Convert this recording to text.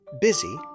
busy